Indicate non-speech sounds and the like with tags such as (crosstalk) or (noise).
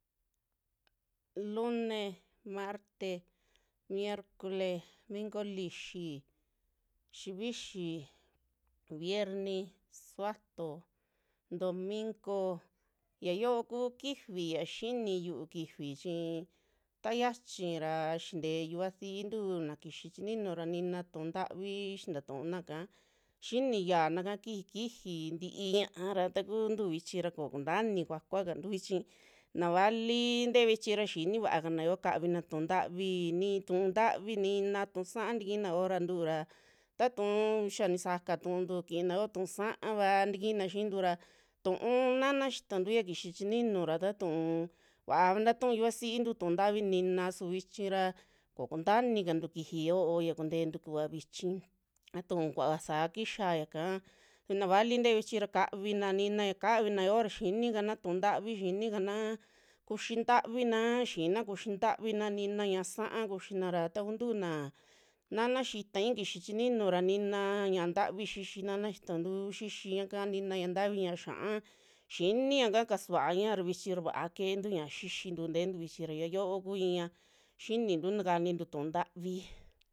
Lune, marte, miercole minko lixi, xivuixi, vierni, suvato, domingo ya yio kuu kifi ya nini yu'u kifi chii ta yachi ra sintee yuvasintu na kixi chininu ra nina tu'u ntavi xintaa tu'una kaa, xiniyana kiji kifi ntii ña'a ra takuntu vhichi ra koo kunta ini kuakua kantu vichi, naa vali ntee vichi ra xini vaakana yoo kavina tu'un ntavi, ni tu'un ntavi nina tu'un sa'a tikina yo'o ra tuu ra tatuu xia nisaka tu'untu kiina yo tu'un sa'ava tikina xiintu ra tu'un nana xitantu ya kixi chininu ra takuu vaa va tatu'un yuvasintu tu'un ntavi nina su vichi ra kokunta inikantu kixii yoo ya kunteentu kuva vichi (noise) ta tuu kuva saa kixa yaka, navali ntee vichi ra kavina, nina ya kavina yoo ya xinikana tu'un ntavi, xinikana kuxi ntavina, xiina kuxi ntavina nina ña'a sa'a kuxina ra ta kuntu naa, nana xitai kisi chininu ra nina ñia'a ntavi xixi nana xitantu, xixiñaka nina ñaa ntavi ña'a xia'a siniaka kasuaña ra vichi ra vaa keentu ñiaa xixintu tentu vichi ra xia yo'o ku iiña xinintu takanintu tu'u ntavi.